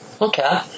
okay